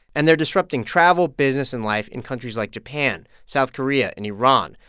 and they're disrupting travel, business and life in countries like japan, south korea and iran.